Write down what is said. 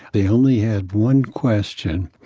they only had one question.